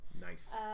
Nice